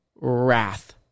Wrath